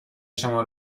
شما